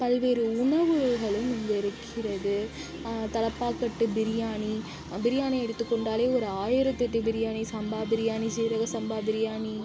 பல்வேறு உணவுகளும் இங்கு இருக்கிறது தலைப்பாக்கட்டு பிரியாணி பிரியாணி எடுத்துக்கொண்டாலே ஒரு ஆயிரத்தெட்டு பிரியாணி சம்பா பிரியாணி சீரக சம்பா பிரியாணி